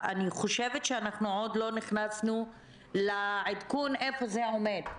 אני חושבת שאנחנו עוד לא נכנסנו לעדכון איפה זה עומד.